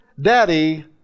daddy